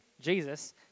Jesus